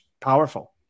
Powerful